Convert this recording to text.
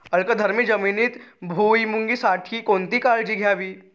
अल्कधर्मी जमिनीत भुईमूगासाठी कोणती काळजी घ्यावी?